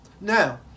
Now